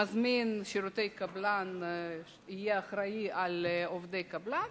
מזמין שירותי קבלן יהיה אחראי לעובדי קבלן,